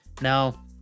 now